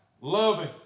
loving